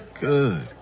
good